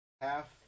half